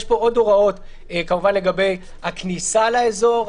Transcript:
יש פה עוד הוראות, כמובן לגבי הכניסה לאזור.